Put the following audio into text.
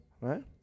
right